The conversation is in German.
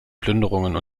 plünderungen